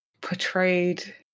portrayed